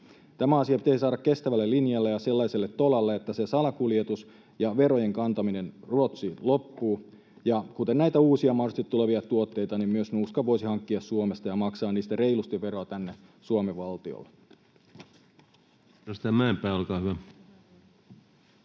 Tämä asia pitäisi saada kestävälle linjalle ja sellaiselle tolalle, että salakuljetus ja verojen kantaminen Ruotsiin loppuvat. Kuten näitä uusia, mahdollisesti tulevia tuotteita, myös nuuskan voisi hankkia Suomesta ja maksaa siitä reilusti veroa Suomen valtiolle.